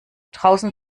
draußen